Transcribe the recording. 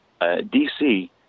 DC